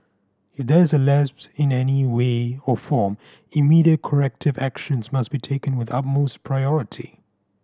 if there is a lapse in any way or form immediate corrective actions must be taken with utmost priority